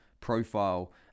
profile